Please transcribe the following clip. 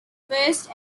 first